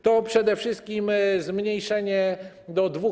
To przede wszystkim zmniejszenie do 2%